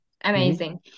Amazing